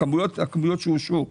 הכמויות שאושרו,